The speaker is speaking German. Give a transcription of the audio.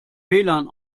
wlan